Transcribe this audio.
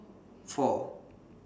four